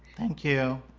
thank you.